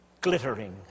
glittering